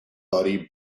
buddy